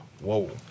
whoa